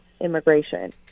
immigration